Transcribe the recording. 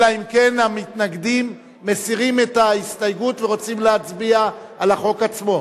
אלא אם כן המתנגדים מסירים את ההסתייגות ורוצים להצביע על החוק עצמו.